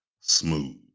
Smooth